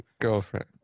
Girlfriend